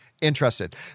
interested